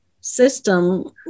system